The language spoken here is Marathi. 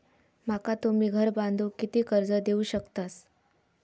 माका तुम्ही घर बांधूक किती कर्ज देवू शकतास?